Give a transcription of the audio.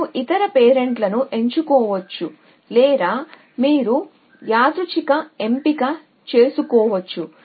మీరు ఇతర పేరెంట్లను ఎంచుకోవచ్చు లేదా మీరు యాదృచ్ఛిక ఎంపిక చేసుకోవచ్చు